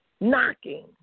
knocking